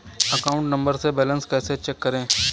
Account number से balance कैसे check करें?